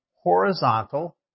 horizontal